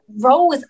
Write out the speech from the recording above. rose